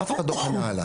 אף אחד לא פנה אליי.